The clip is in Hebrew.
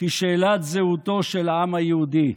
כשאלת זהותו של העם היהודי,